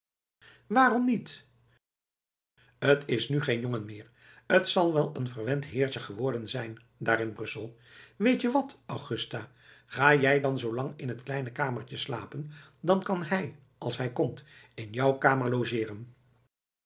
waarom niet t is nu geen jongen meer t zal wel een verwend heertje geworden zijn daar in brussel weet je wat augusta ga jij dan zoolang in t kleine kamertje slapen dan kan hij als hij komt in jou kamer logeeren